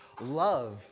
Love